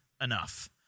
enough